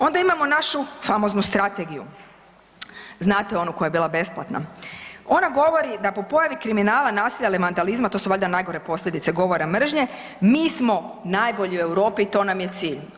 Ona imamo našu famoznu strategiju, znate onu koja je bila besplatna, ona govori da po pojavi kriminala, nasilja …/nerazumljivo/… to su valjda najgore posljedice govora mržnje, mi smo najbolji u Europi i to nam je cilj.